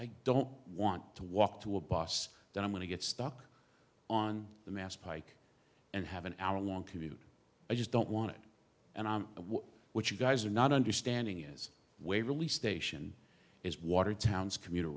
i don't want to walk to a bus that i'm going to get stuck on the mass pike and have an hour long commute i just don't want and i'm what you guys are not understanding is where really station is watertown's commuter